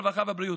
הרווחה והבריאות.